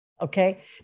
Okay